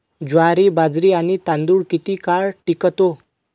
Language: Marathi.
ज्वारी, बाजरी आणि तांदूळ किती काळ टिकतो?